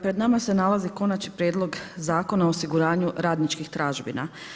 Pred nama se nalazi Konačni prijedlog Zakona o osiguranju radničkih tražbina.